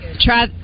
Try